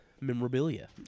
memorabilia